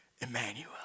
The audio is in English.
Emmanuel